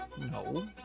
No